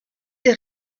des